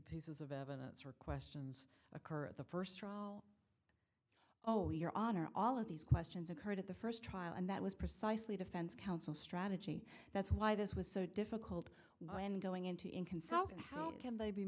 pieces of evidence or questions occur at the first trial oh your honor all of these questions occurred at the first trial and that was precisely defense counsel strategy that's why this was so difficult when going into in consultant how can they be